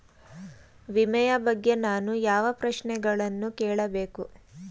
ವಿಮೆಯ ಬಗ್ಗೆ ನಾನು ಯಾವ ಪ್ರಶ್ನೆಗಳನ್ನು ಕೇಳಬೇಕು?